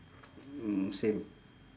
mm same